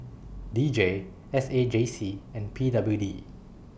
D J S A J C and P W D